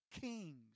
kings